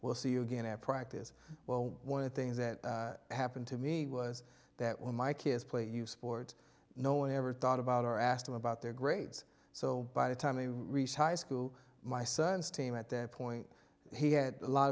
we'll see you again at practice well one of the things that happened to me was that when my kids play you sports no one ever thought about are asked them about their grades so by the time reese high school my son's team at that point he had a lot